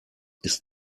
ist